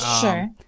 Sure